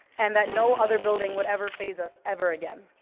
and that no other building would ever faze us ever again.